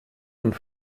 und